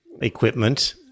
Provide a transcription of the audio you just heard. equipment